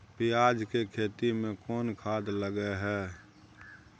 पियाज के खेती में कोन खाद लगे हैं?